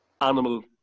animal